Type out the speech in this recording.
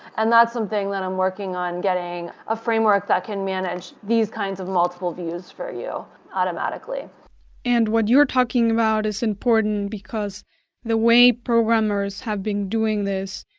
and that's something that i'm working on, getting a framework that can manage these kinds of multiple views for you automatically and what you're talking about is important, because the way programmers have been doing this,